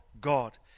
god